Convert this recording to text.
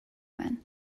man